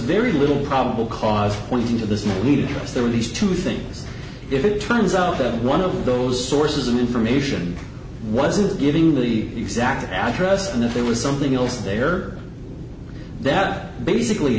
very little probable cause pointing to this lead us there were these two things if it turns out that one of those sources of information wasn't getting the exact address and if there was something else they are that basically